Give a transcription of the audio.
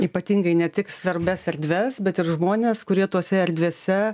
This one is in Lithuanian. ypatingai ne tik svarbias erdves bet ir žmones kurie tose erdvėse